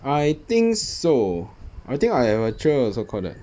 I think so I think I have a cher also call that